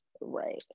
Right